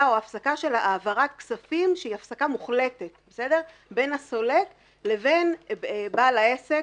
או הפסקה של העברת כספים שהיא הפסקה מוחלטת בין הסולק לבין בעל העסק